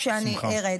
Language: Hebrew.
כשארד.